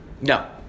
No